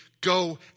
go